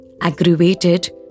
Aggravated